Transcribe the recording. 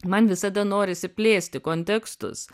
man visada norisi plėsti kontekstus